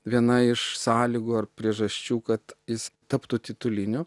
viena iš sąlygų ar priežasčių kad jis taptų tituliniu